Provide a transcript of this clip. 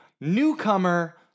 newcomer